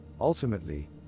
Ultimately